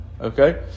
Okay